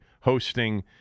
hosting